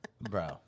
bro